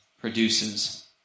produces